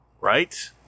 Right